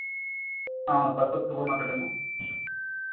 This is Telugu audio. అవును పశుపతి సూపర్మార్కెట్ అమ్మ